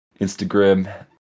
instagram